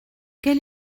quel